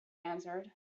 answered